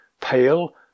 pale